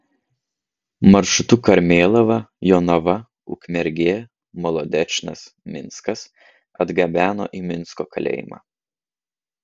maršrutu karmėlava jonava ukmergė molodečnas minskas atgabeno į minsko kalėjimą